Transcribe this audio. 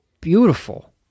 beautiful